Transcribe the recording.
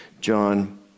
John